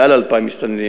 יותר מ-2,000 מסתננים,